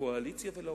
לקואליציה ולאופוזיציה.